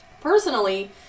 Personally